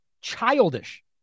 childish